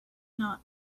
not